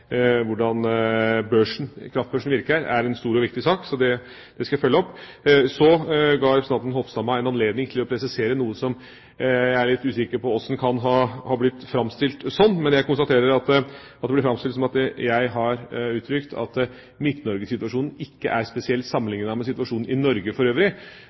kraftbørsen virker, er en stor og viktig sak, så det skal jeg følge opp. Så ga representanten Hofstad Helleland meg en anledning til å presisere noe jeg er litt usikker på hvordan kan ha blitt sånn, men jeg konstaterer at det er blitt framstilt som om jeg har uttrykt at Midt-Norge-situasjonen ikke er spesiell sammenlignet med situasjonen i Norge for øvrig.